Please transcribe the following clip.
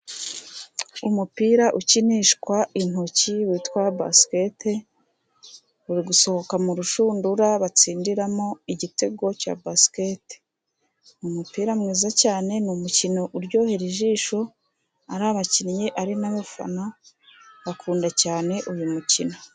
Umupira ukinishwa intoki witwa basiketi, uri gusohoka mu rushundura batsindiramo igitego cya basiketi, umupira mwiza cyane, ni umukino uryohera ijisho, ari abakinnyi ari n'abafana bakunda cyane uyu mukino.